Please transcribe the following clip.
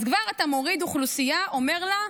אז כבר אתה מוריד אוכלוסייה, אומר לה: